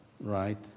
right